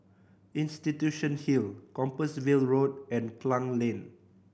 Institution Hill Compassvale Road and Klang Lane